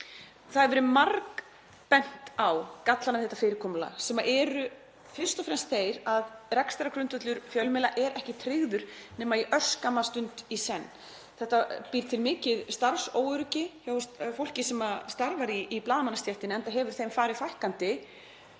Það hefur verið margbent á gallana við þetta fyrirkomulag, sem eru fyrst og fremst þeir að rekstrargrundvöllur fjölmiðla er ekki tryggður nema örskamma stund í senn. Þetta býr til mikið starfsóöryggi hjá fólki sem starfar í blaðamannastéttinni, enda hefur því farið fækkandi